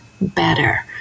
better